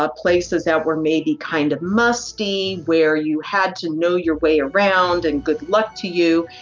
ah places that were maybe kind of musty, where you had to know your way around and good luck to you.